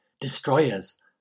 destroyers